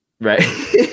Right